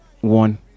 one